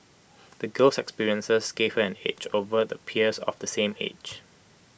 the girl's experiences gave her an edge over her peers of the same age